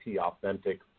authentic